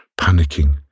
Panicking